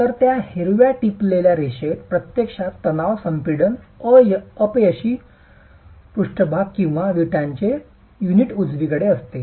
तर त्या हिरव्या ठिपकलेल्या रेषेत प्रत्यक्षात तणाव संपीडन अपयशी पृष्ठभाग किंवा विटांचे युनिट उजवीकडे असते